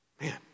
Man